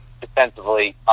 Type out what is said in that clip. defensively